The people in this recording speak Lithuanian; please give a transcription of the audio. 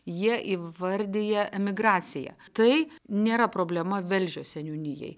jie įvardija emigraciją tai nėra problema velžio seniūnijai